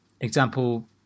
Example